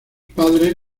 padres